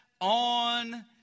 on